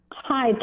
Hi